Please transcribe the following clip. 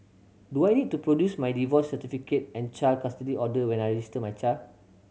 do I need to produce my divorce certificate and child custody order when I register my child